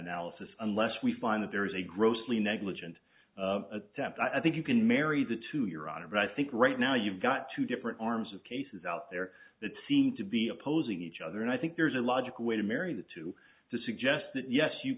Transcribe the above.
analysis unless we find that there is a grossly negligent attempt i think you can marry the to your honor i think right now you've got two different arms of cases out there that seem to be opposing each other and i think there's a logical way to marry the two to suggest that yes you